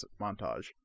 montage